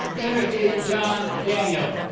timothy john daniel